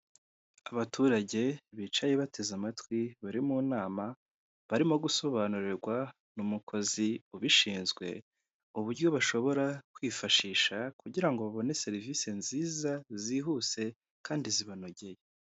Abaturage bicaye bateze amatwi bari mu nama barimo gusobanurirwa n'umukozi ubishinzwe uburyo bashobora kwifashisha kugira ngo babone serivisi nziza zihuse kandi zibanogeye.